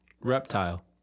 Reptile